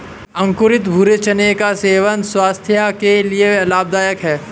अंकुरित भूरे चने का सेवन स्वास्थय के लिए लाभदायक है